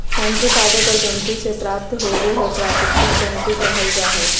तंतु पादप और जंतु से प्राप्त होबो हइ प्राकृतिक तंतु कहल जा हइ